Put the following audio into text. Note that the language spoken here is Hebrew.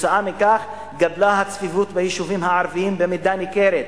כתוצאה מכך גדלה הצפיפות ביישובים הערביים במידה ניכרת.